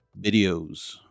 videos